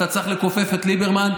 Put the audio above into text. אתה צריך לכופף את ליברמן,